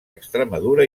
extremadura